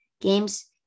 games